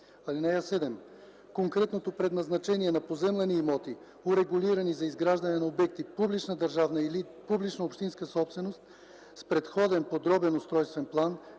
ал. 1. (7) Конкретното предназначение на поземлени имоти, урегулирани за изграждане на обекти – публична държавна или публична общинска собственост с предходен подробен устройствен план,